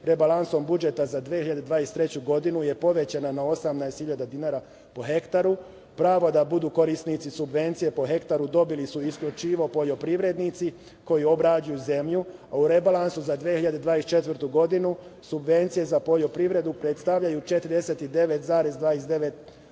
rebalansom budžeta za 2023. godinu je povećana na 18.000 dinara po hektaru. Pravo da budu korisnici subvencije po hektaru dobili su isključivo poljoprivrednici koji obrađuju zemlju, a u rebalansu za 2024. godinu subvencije za poljoprivredu predstavljaju 49,29%